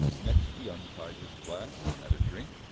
next he untied his flask, had a drink,